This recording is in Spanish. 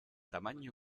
tamaño